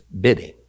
bidding